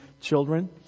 children